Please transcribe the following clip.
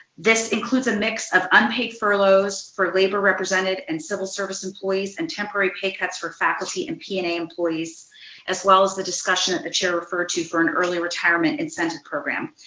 this includes a mix of unpaid furloughs for labor represented and civil service employees and temporary pay cuts for faculty and p and a employees as well as the discussion the chair referred to for an early retirement incentive program.